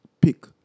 pick